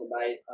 tonight